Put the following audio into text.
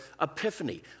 epiphany